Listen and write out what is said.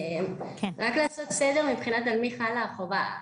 רק לעשות סדר על מי חלה החובה.